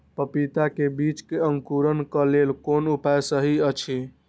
पपीता के बीज के अंकुरन क लेल कोन उपाय सहि अछि?